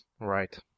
Right